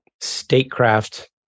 statecraft